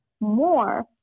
more